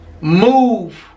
move